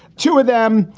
two of them,